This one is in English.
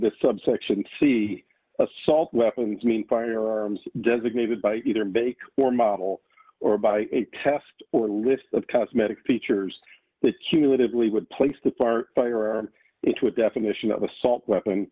this subsection c assault weapons mean firearms designated by either make or model or by a test or list of cosmetic features the cumulatively would place the far firearm into a definition of assault weapon